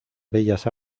bellas